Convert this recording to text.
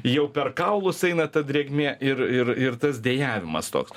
jau per kaulus eina ta drėgmė ir ir ir tas dejavimas toks